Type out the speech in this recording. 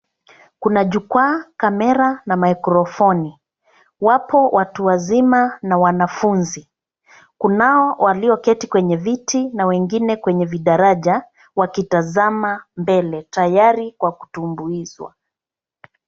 Kuna jukwaa, kamera, na microphoni . Wapo watu wazima, na wanafunzi. Kunao walioketi kwenye viti, na wengine kwenye vidaraja, wakitazama mbele, tayari kwa kutumbuizwa.